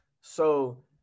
So-